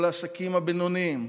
כל העסקים הבינוניים,